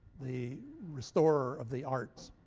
the restorer of the arts.